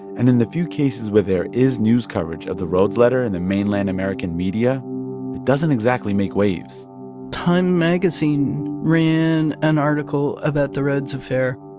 and in the few cases where there is news coverage of the rhoads letter in the mainland american media, it doesn't exactly make waves time magazine ran an article about the rhoads affair,